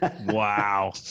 Wow